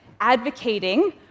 advocating